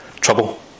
trouble